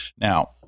Now